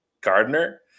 Gardner